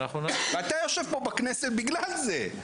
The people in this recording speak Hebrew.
אתה יושב פה, בכנסת, בגלל זה.